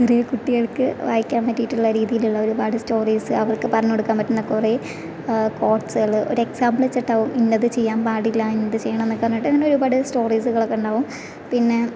ചെറിയ കുട്ടികൾക്ക് വായിക്കാൻ പറ്റിയിട്ടുള്ള രീതിയിലുള്ള ഒരുപാട് സ്റ്റോറീസ് അവർക്ക് പറഞ്ഞ് കൊടുക്കാൻ പറ്റുന്ന കുറേ കോട്സ്കൾ ഒരു എക്സാമ്പിൾ വെച്ചിട്ടാവും ഇന്നത് ചെയ്യാൻ പാടില്ല എന്ത് ചെയ്യണം എന്നൊക്കെ പറഞ്ഞിട്ട് അങ്ങനെ ഒരുപാട് സ്റ്റോറീസുകളൊക്കെ ഉണ്ടാവും പിന്നെ